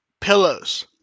pillows